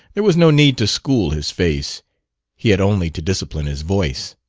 there was no need to school his face he had only to discipline his voice.